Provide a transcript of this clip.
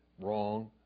wrong